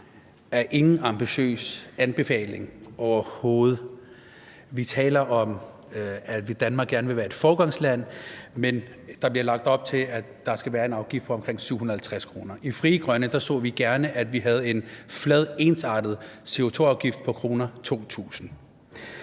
Det er ikke ambitiøse anbefalinger overhovedet. Vi taler om, at Danmark gerne vil være et foregangsland, men der bliver lagt op til, at der skal være en afgift på omkring 750 kr. I Frie Grønne så vi gerne, at vi havde en flad ensartet CO2-afgift på 2.000 kr.